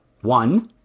one